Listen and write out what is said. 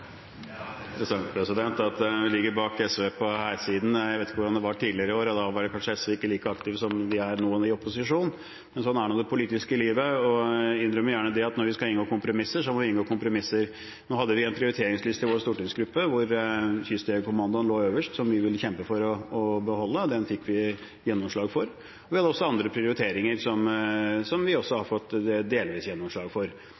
interessant at vi ligger bak SV på hærsiden. Jeg vet ikke hvordan det var tidligere år – da var kanskje SV ikke like aktive som de er nå, i opposisjon. Men sånn er nå det politiske livet, og jeg innrømmer gjerne at når vi skal inngå kompromisser, må vi inngå kompromisser. Nå hadde vi en prioriteringsliste i vår stortingsgruppe hvor Kystjegerkommandoen lå øverst, som vi ville kjempe for å beholde, og det fikk vi gjennomslag for, men det er også andre prioriteringer som vi har fått delvis gjennomslag for.